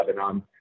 Lebanon